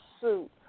suit